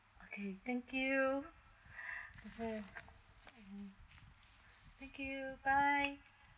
okay thank you thank you bye